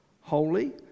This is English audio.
holy